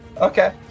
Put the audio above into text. Okay